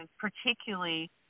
particularly